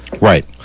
Right